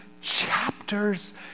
chapters